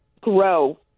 grow